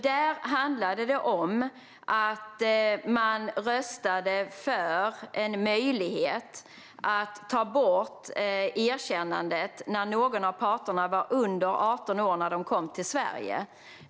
Där handlade det om att man röstade för en möjlighet att ta bort erkännandet om någon av parterna var under 18 år när de kom till Sverige.